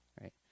Right